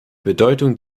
bedeutung